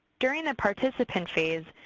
during the participant phase,